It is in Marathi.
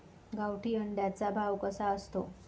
गावठी अंड्याचा भाव कसा असतो?